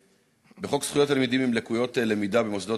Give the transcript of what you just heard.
בחוק זכויות תלמידים עם לקות למידה במוסדות